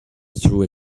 through